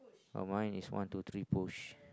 oh mine is one two three push